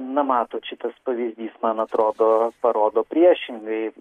na matot šitas pavyzdys man atrodo parodo priešingai